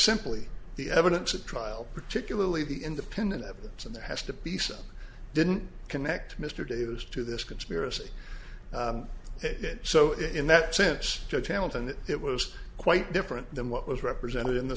simply the evidence at trial particularly the independent evidence and that has to be said didn't connect mr davis to this conspiracy it did so in that sense to talent and it was quite different than what was represented in the